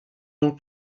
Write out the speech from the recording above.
donc